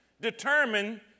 determine